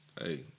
Hey